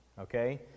Okay